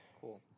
cool